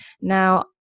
now